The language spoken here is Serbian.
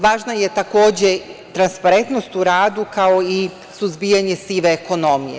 Važna je takođe i transparentnost u radu kao i suzbijanje sive ekonomije.